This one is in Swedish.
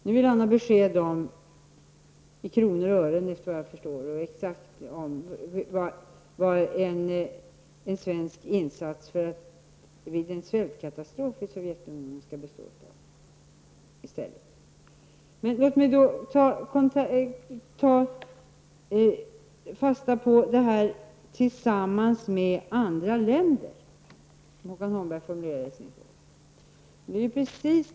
Nu vill han i stället ha besked om, exakt i kronor och ören, efter vad jag förstår, vad en svensk insats vid en svältkatastrof i Sovjet skall bestå av. Låt mig ta fasta på ''tillsammans med andra länder'', som Håkan Holmberg formulerade det i sin interpellation.